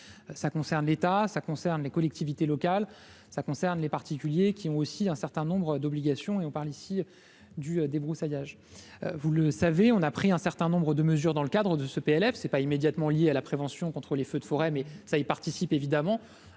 ça concerne l'état, ça concerne les collectivités locales, ça concerne les particuliers qui ont aussi un certain nombre d'obligations et on parle ici du débroussaillage, vous le savez, on a pris un certain nombre de mesures dans le cadre de ce PLF c'est pas immédiatement liés à la prévention contre les feux de forêt, mais ça y participe, évidemment,